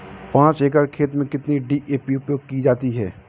पाँच एकड़ खेत में कितनी डी.ए.पी उपयोग की जाती है?